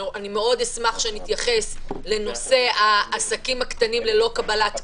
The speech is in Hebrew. אשמח שנתייחס לנושא העסקים הקטנים ללא קבלת קהל,